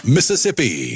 Mississippi